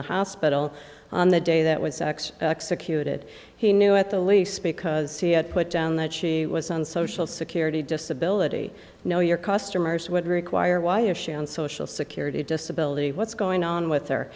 the hospital on the day that was x executed he knew at the least because he had put down that she was on social security disability no your customers would require why is she on social security disability what's going on with